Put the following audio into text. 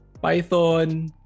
Python